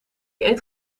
eet